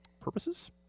purposes